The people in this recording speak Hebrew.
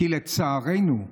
כי לצערנו,